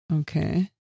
Okay